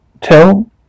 Tell